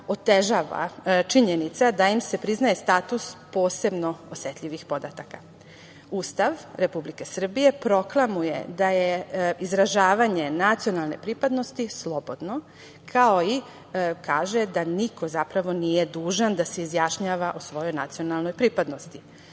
otežava činjenica da im se priznaje status posebno osetljivih podataka. Ustav Republike Srbije proklamuje da je izražavanje nacionalne pripadnosti slobodno i kaže da niko zapravo nije dužan da se izjašnjava o svojoj nacionalnoj pripadnosti. Poštujući